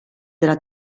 della